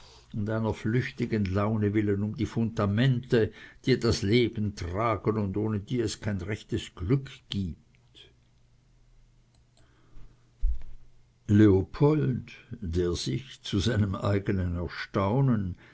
und einer flüchtigen laune willen um die fundamente die das leben tragen und ohne die es kein rechtes glück gibt leopold der sich zu seinem eigenen erstaunen